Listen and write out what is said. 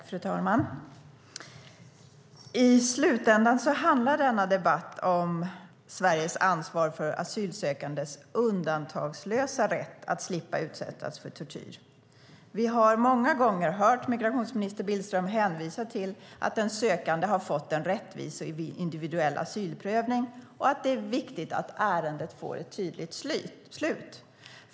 Fru talman! I slutändan handlar denna debatt om Sveriges ansvar för asylsökandes undantagslösa rätt att slippa utsättas för tortyr. Vi har många gånger hört migrationsminister Billström hänvisa till att den sökande har fått en rättvis och individuell asylprövning och att det är viktigt att ärendet får ett tydligt slut.